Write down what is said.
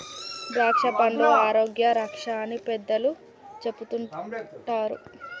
ద్రాక్షపండ్లు ఆరోగ్య రక్ష అని పెద్దలు చెపుతుంటారు